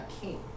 king